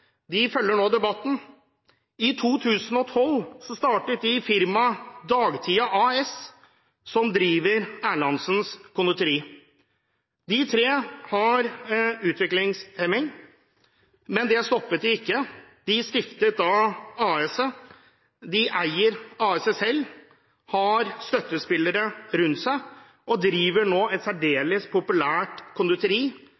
De følger nå debatten. I 2012 startet de firmaet Dagtia AS, som driver Erlandsens Conditori. De tre har utviklingshemning, men det stoppet dem ikke. De stiftet AS-et, de eier AS-et selv, har støttespillere rundt seg og driver nå et